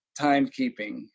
timekeeping